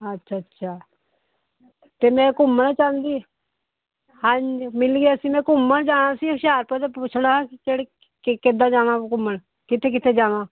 ਅੱਛਾ ਅੱਛਾ ਅਤੇ ਮੈਂ ਘੁੰਮਣਾ ਚਾਹੁੰਦੀ ਹਾਂਜੀ ਮਿਲ ਗਿਆ ਸੀ ਮੈਂ ਘੁੰਮਣ ਜਾਣਾ ਸੀ ਹੁਸ਼ਿਆਰਪੁਰ ਤੋਂ ਪੁੱਛਣਾ ਕਿੜ ਕਿੱਦਾਂ ਜਾਣਾ ਘੁੰਮਣ ਕਿੱਥੇ ਕਿੱਥੇ ਜਾਵਾਂ